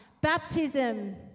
Baptism